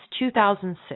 2006